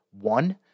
One